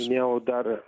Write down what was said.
minėjau dar